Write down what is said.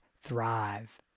thrive